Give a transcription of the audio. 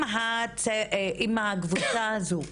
אם הקבוצה הזאת,